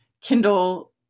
Kindle